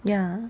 ya